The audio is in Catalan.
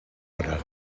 hora